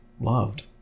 loved